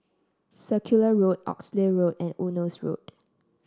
Circular Road Oxley Road and Eunos Road